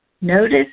Notice